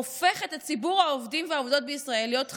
הופכים את ציבור העובדים והעובדות בישראל להיות חלש,